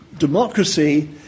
democracy